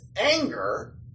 anger